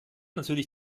natürlich